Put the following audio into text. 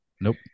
Nope